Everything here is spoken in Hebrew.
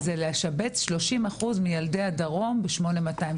זה לשבץ 30% מילדי הדרום ב-8200,